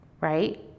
right